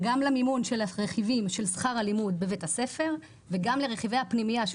של הרכיבים של שכר הלימוד בבית הספר וגם לרכיבי הפנימייה של